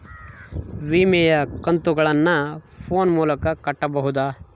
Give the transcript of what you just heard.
ವಿಮೆಯ ಕಂತುಗಳನ್ನ ಫೋನ್ ಮೂಲಕ ಕಟ್ಟಬಹುದಾ?